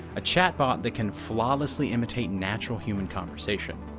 a chatbot that can flawlessly imitate natural human conversation.